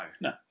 no